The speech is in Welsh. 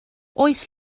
oes